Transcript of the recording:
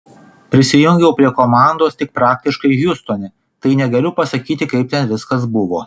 prisijungiau prie komandos tik praktiškai hjustone tai negaliu pasakyti kaip ten viskas buvo